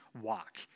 walk